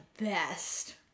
best